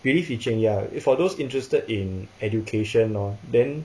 relief teaching ya for those interested in education lor then